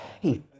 hey